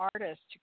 artists